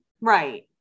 Right